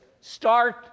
start